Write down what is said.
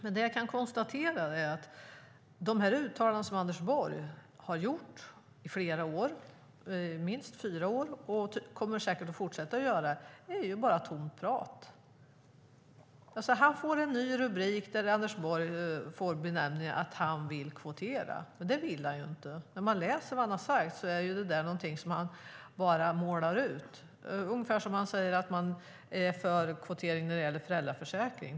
Det som jag kan konstatera är att de uttalanden som Anders Borg har gjort i flera år - i minst fyra år - och säkert kommer att fortsätta med bara är tomt prat. Han får en ny rubrik där det står att han vill kvotera. Men det vill han ju inte. När jag läser vad han har sagt är detta bara något som han målar upp, ungefär som när han säger att han är för kvotering när det gäller föräldraförsäkring.